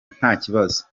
ntakibazo